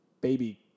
baby